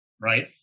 right